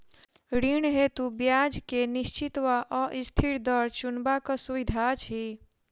ऋण हेतु ब्याज केँ निश्चित वा अस्थिर दर चुनबाक सुविधा अछि